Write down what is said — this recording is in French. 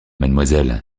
mademoiselle